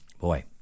Boy